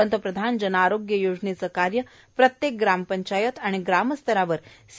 पंतप्रधान जन आरोग्य योजनेचे कार्य प्रत्येक ग्रामपंचायत आणि ग्रामस्तरावर सी